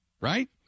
right